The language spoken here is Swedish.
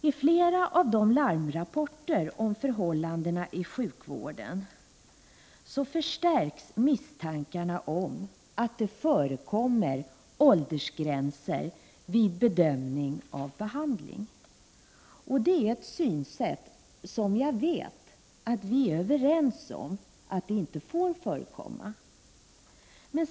I flera av larmrapporterna om förhållandena i sjukvården förstärks misstankarna om att det förekommer åldersgränser vid bedömning av behandling. Det är ett synsätt som jag vet att vi är överens om inte får förekomma.